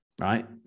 right